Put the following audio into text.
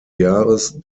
jahres